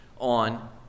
on